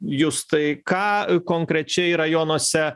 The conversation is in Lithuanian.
justai ką konkrečiai rajonuose